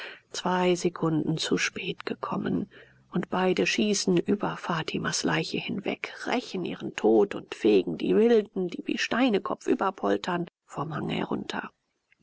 zwei sekunden zu spät gekommen und beide schießen über fatimas leiche hinweg rächen ihren tod und fegen die wilden die wie steine kopfüber poltern vom hang herunter